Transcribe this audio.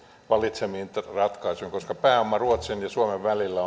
valitsemiin ratkaisuihin koska kaikista lähimmät vaihtoehdot ovat ehkä pääoma ruotsin ja suomen välillä